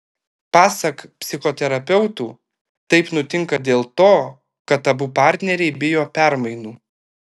pasak psichoterapeutų taip nutinka dėl to kad abu partneriai bijo permainų